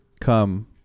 come